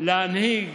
להנהיג